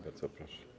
Bardzo proszę.